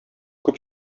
күп